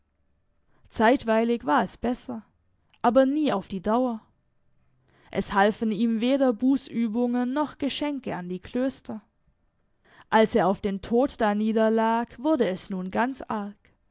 zeitweilig war es besser aber nie auf die dauer es halfen ihm weder bußübungen noch geschenke an die klöster als er auf den tod daniederlag wurde es nun ganz arg